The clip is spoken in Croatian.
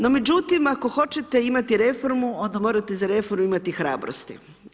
No međutim ako hoćete imati reformu onda morate za reformu imati hrabrosti.